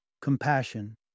compassion